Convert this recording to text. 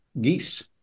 geese